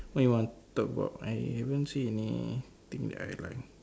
what you wanted talk about I haven't see anything that I write